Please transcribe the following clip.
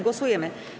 Głosujemy.